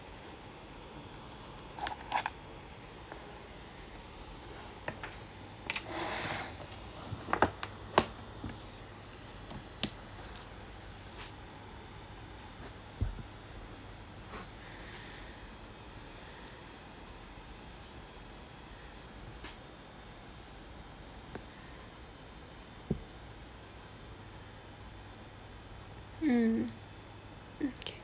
mm okay